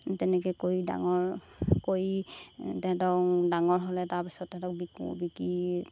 তেনেকৈ কৰি ডাঙৰ কৰি তাহাঁতক ডাঙৰ হ'লে তাৰপিছত তাহাঁতক বিকোঁ বিকি